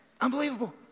unbelievable